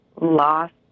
lost